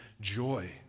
joy